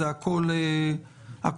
זה הכל ברור,